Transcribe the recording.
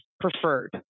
preferred